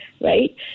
right